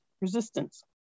resistance